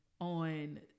on